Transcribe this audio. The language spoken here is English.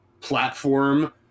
platform